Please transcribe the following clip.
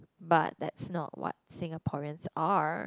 but that's what not Singaporeans are